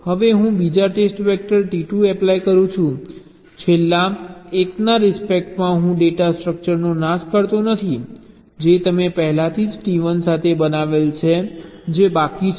હવે હું બીજા ટેસ્ટ વેક્ટર T2 એપ્લાય કરું છું છેલ્લા એકના રિસ્પેક્ટમાં હું ડેટા સ્ટ્રક્ચરનો નાશ કરતો નથી જે તમે પહેલાથી જ T1 સાથે બનાવેલ છે જે બાકી છે